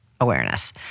awareness